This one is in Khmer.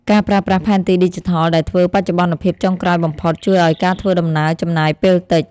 ការប្រើប្រាស់ផែនទីឌីជីថលដែលធ្វើបច្ចុប្បន្នភាពចុងក្រោយបំផុតជួយឱ្យការធ្វើដំណើរចំណាយពេលតិច។